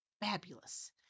fabulous